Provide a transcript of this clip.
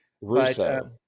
Russo